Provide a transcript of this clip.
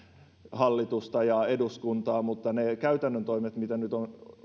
hallitusta ja eduskuntaa mutta ne käytännön toimet mitä nyt on